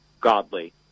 godly